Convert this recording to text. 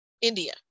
india